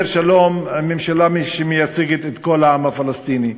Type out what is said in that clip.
שלום עם הממשלה שמייצגת את כל העם הפלסטיני.